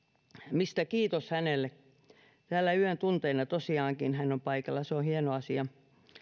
mistä kiitos hänelle täällä yön tunteina tosiaankin hän on paikalla se on hieno asia